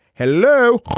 hello